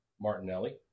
Martinelli